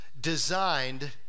designed